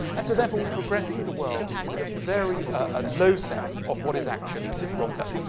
and so, therefore, we progress through the world with a very a low sense of what is actually wrong with us.